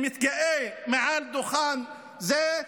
שמתגאה מעל דוכן זה,